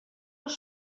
les